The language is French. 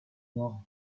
mort